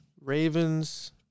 Ravens